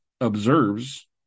observes